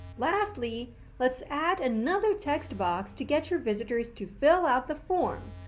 lastly let's add another text box to get your visitors to fill out the form,